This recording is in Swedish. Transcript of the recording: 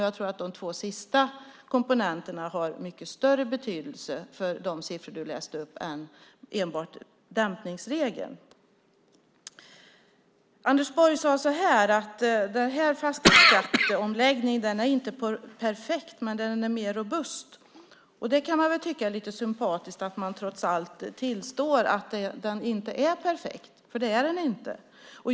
Jag tror att de två sista komponenterna har mycket större betydelse för de siffror du läste upp än dämpningsregeln. Anders Borg sade att fastighetsskatteomläggningen inte är perfekt men mer robust. Jag kan tycka att det är lite sympatiskt att man trots allt tillstår att den inte är perfekt, för det är den inte.